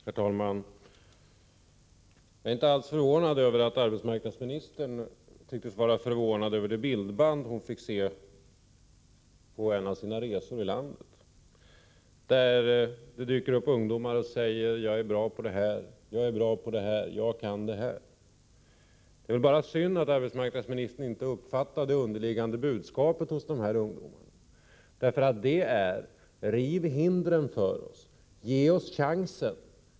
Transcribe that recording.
Herr talman! Jag är inte alls överraskad över att arbetsmarknadsministern var förvånad över det bildband som hon fick se på en av sina resor, då det dök upp ungdomar som sade: Jag är bra på det här, jag kan det här. Det var bara synd att arbetsmarknadsministern inte uppfattade ungdomarnas underliggande budskap: Riv hindren för oss, ge oss en chans.